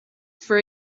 for